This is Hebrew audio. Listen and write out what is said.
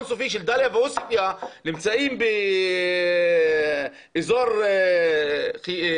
סופי של דליה ועוספיה שנמצאים באזור חדרה